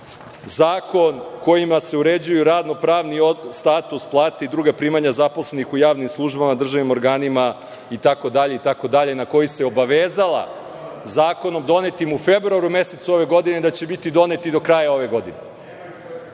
zakon kojim se uređuje radno-pravni status plate i druga primanja zaposlenih u javnim službama, državnim organima itd. na koji se obavezala zakonom donetim u februaru mesecu ove godine, da će biti donet do kraja ove godine? Šta